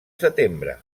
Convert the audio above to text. setembre